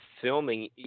filming